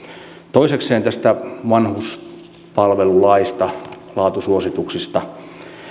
toisekseen tästä vanhuspalvelulaista laatusuosituksista